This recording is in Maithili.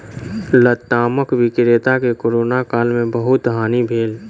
लतामक विक्रेता के कोरोना काल में बहुत हानि भेल